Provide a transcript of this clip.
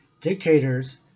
dictators